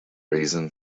reason